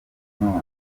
ndabona